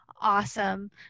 Awesome